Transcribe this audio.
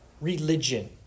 religion